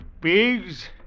pigs